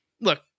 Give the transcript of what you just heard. look